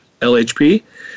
LHP